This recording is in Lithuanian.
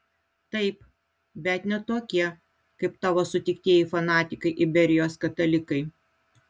taip bet ne tokie kaip tavo sutiktieji fanatikai iberijos katalikai